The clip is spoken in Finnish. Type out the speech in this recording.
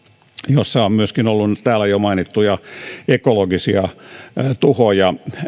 jossa on myöskin ollut täällä jo mainittuja ekologisia tuhoja